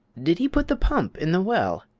did he put the pump in the well?